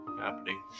happening